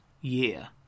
year